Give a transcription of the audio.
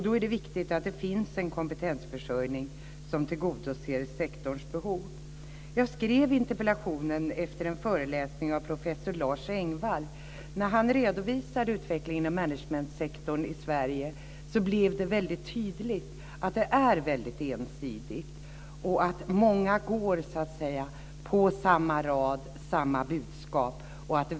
Då är det viktigt att det finns en kompetensförsörjning som tillgodoser sektorns behov. Jag skrev interpellationen efter en föreläsning av professor Lars Engvall. När han redovisade utvecklingen i managementsektorn i Sverige blev det väldigt tydligt att den är väldigt ensidig. Många går så att säga på samma rad och med samma budskap.